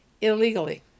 illegally